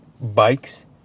bikes